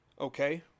Okay